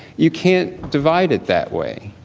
you can't divide it that way.